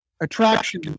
attraction